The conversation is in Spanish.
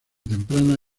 temprana